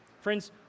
Friends